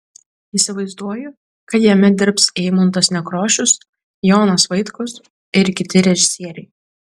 įsivaizduoju kad jame dirbs eimuntas nekrošius jonas vaitkus ir kiti režisieriai